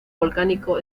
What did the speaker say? volcánico